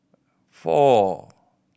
four